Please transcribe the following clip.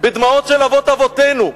בדמעות של אבות-אבותינו.